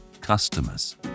customers